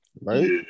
Right